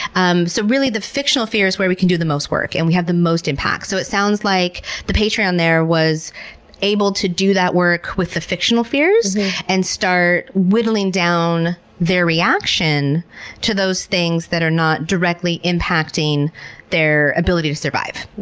um so really the fictional fear is where we can do the most work and we have the most impact. so it sounds like the patreon there was able to do that work with the fictional fears and start whittling down their reaction to those things that are not directly impacting their ability to survive.